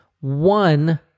one